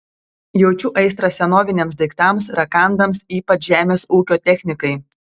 jaučiu aistrą senoviniams daiktams rakandams ypač žemės ūkio technikai